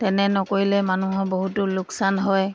তেনে নকৰিলে মানুহৰ বহুতো লোকচান হয়